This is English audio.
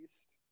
East